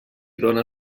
dóna